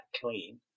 clean